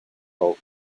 called